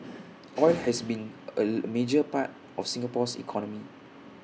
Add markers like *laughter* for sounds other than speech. *noise* oil has long been A major part of Singapore's economy